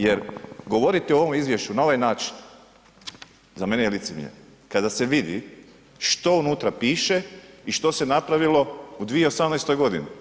Jer govoriti o ovom izvješću na ovaj način za mene je licemjerno kada se vidi što unutra piše i što se napravilo u 2018. godini.